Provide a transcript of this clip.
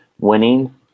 winning